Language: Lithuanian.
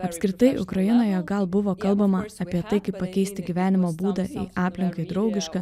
apskritai ukrainoje gal buvo kalbama apie tai kaip pakeisti gyvenimo būdą į aplinkai draugišką